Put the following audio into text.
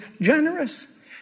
generous